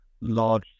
large